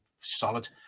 solid